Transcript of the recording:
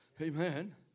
Amen